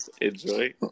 Enjoy